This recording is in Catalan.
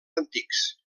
antics